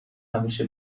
همیشه